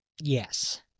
Yes